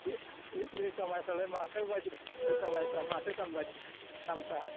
बे बे जोसा माइफ्रालाय माथो बायदि जोसा माइफ्रालाय माथो दाम बायदि दामफ्रा